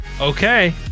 Okay